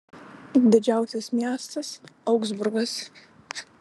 didžiausias miestas augsburgas